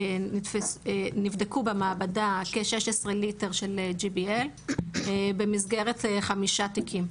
נבדקו במעבדה כ-16 ליטר של GBL במסגרת חמישה תיקים,